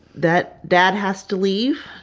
that dad has to leave,